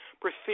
proceed